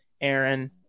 Aaron